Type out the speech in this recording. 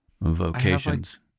vocations